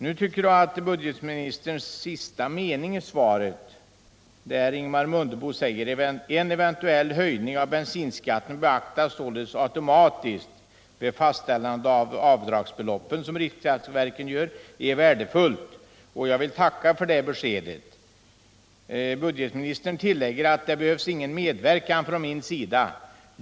I sista meningen i svaret säger Ingemar Mundebo: ”En eventuell höjning av bensinskatten beaktas således automatiskt vid fastställandet av avdragsbeloppen.” Jag tycker det beskedet är värdefullt, och jag vill tacka för det. Budgetministern tillägger att det inte krävs någon medverkan från hans sida.